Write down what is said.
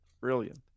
Brilliant